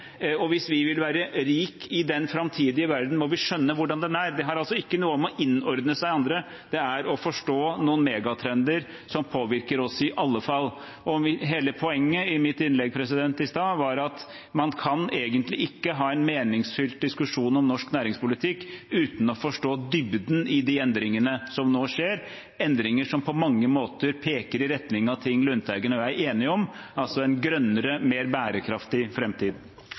og hvis vi vil være rike i den framtidige verden, må vi skjønne hvordan den er. Det har ikke noe å gjøre med å innordne seg andre, det er å forstå noen megatrender som påvirker oss i alle fall. Hele poenget i mitt innlegg i stad var at man kan egentlig ikke ha en meningsfylt diskusjon om norsk næringspolitikk uten å forstå dybden i de endringene som nå skjer, endringer som på mange måter peker i retning av ting Lundteigen og jeg er enige om: en grønnere, mer bærekraftig